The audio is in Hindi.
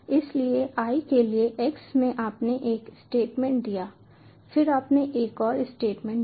इसलिए i के लिए x में आपने एक स्टेटमेंट दिया फिर आपने एक और स्टेटमेंट दिया